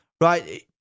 right